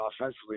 offensively